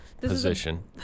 position